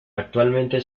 actualmente